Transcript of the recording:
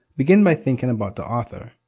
begin by thinking about the author.